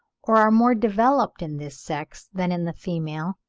or are more developed in this sex than in the female,